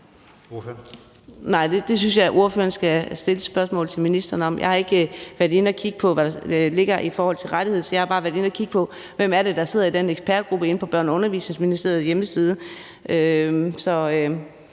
Nej, det synes jeg ordføreren skal stille spørgsmål til ministeren om. Jeg har ikke været inde at kigge på, hvad der ligger i forhold til rettigheder. Jeg har bare været inde at kigge på, hvem det er, der sidder i den ekspertgruppe, inde på Børne- og Undervisningsministeriets hjemmeside.